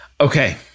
okay